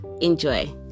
Enjoy